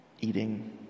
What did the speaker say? eating